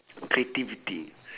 creativity